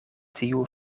tiu